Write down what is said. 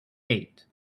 eight